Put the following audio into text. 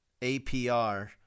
APR